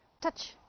Touch